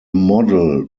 model